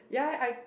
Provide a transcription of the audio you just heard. ya I